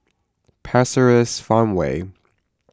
Pasir Ris Farmway